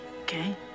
okay